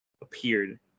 appeared